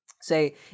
say